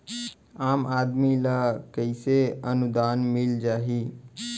आम आदमी ल कइसे अनुदान मिल जाही?